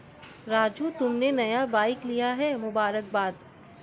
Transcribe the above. राजू तुमने नया बाइक लिया है मुबारकबाद